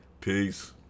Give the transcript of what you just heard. Peace